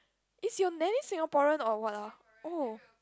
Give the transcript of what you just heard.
is your nanny Singaporean or what lor oh